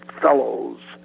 fellows